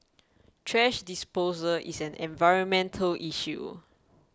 thrash disposal is an environmental issue